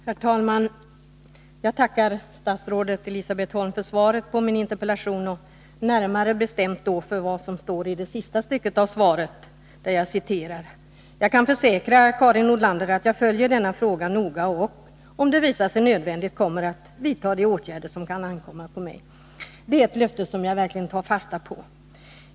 Herr talman! Jag tackar statsrådet Elisabet Holm för svaret på min interpellation, och närmare bestämt för vad som står i det sista stycket av svaret: ”Jag kan försäkra Karin Nordlander att jag följer denna fråga noga och — om det visar sig nödvändigt — kommer att vidta de åtgärder som kan ankomma på mig.” Det är ett löfte som jag verkligen tar fasta på.